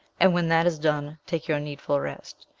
and, when that is done, take your needful rest.